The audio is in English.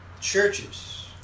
churches